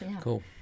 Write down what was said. Cool